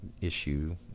issue